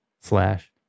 slash